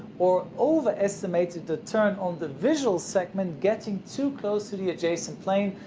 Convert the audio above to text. or overestimated the turn on the visual segment, getting too close to the adjacent plane,